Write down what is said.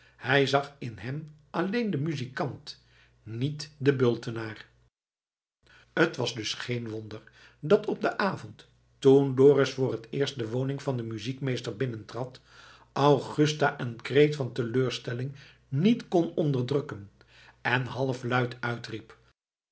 hij zag in hem alleen den muzikant niet den bultenaar t was dus geen wonder dat op den avond toen dorus voor t eerst de woning van den muziekmeester binnentrad augusta een kreet van teleurstelling niet kon onderdrukken en halfluid uitriep